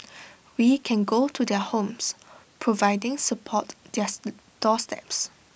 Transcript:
we can go to their homes providing support their doorsteps